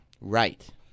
Right